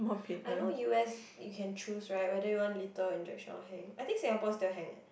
I know u_s you can choose right whether you can lethal injection or hang I think Singapore still hang eh